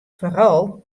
foaral